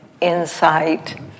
insight